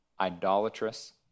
idolatrous